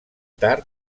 tard